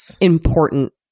important